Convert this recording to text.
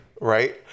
Right